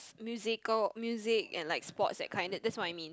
musical music and like sports that kind that's what I mean